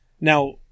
Now